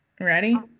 Ready